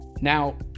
Now